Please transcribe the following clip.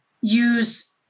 use